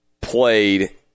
played